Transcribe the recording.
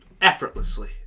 effortlessly